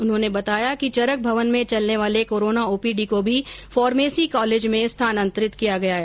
उन्होने बताया कि चरक भवन में चलने वाले कोरोना ओपीडी को भी फार्मेसी कॉलेज में स्थानान्तरित किया जायेगा